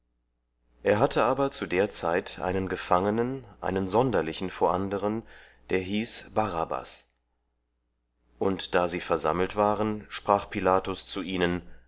er hatte aber zu der zeit einen gefangenen einen sonderlichen vor anderen der hieß barabbas und da sie versammelt waren sprach pilatus zu ihnen